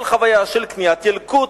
כל חוויה של קניית ילקוט,